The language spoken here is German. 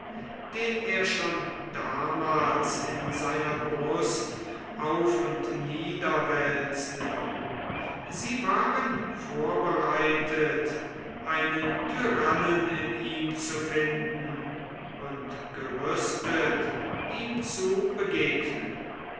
den er schon damals in seiner brust auf und niederwälzte sie waren vorbereitet einen tyrannen in ihm zu finden und gerüstet ihm zu begegnen